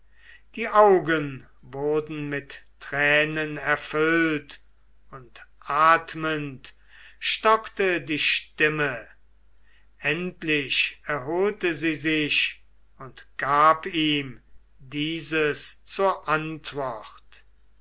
die augen wurden mit tränen erfüllt und atmend stockte die stimme endlich erholte sie sich und gab ihm dieses zur antwort